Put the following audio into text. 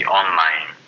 online